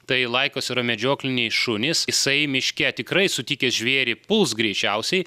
tai laikos yra medžiokliniai šunys jisai miške tikrai sutikęs žvėrį puls greičiausiai